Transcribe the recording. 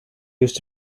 used